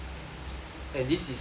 and this is this